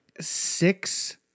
six